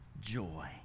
joy